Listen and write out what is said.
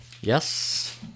Yes